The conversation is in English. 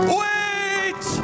wait